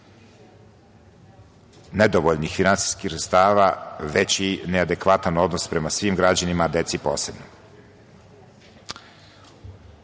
nedovoljni finansijskih sredstava, već i neadekvatan odnos prema svim građanima, deci posebno.U